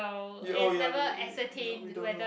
ya oh ya we we don't know